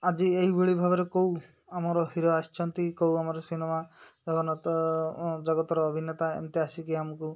ଆଜି ଏହିଭଳି ଭାବରେ କେଉଁ ଆମର ହିରୋ ଆସିଛନ୍ତି କେଉଁ ଆମର ସିନେମା ଜଗନ୍ନାଥ ଜଗତର ଅଭିନେତା ଏମିତି ଆସିକି ଆମକୁ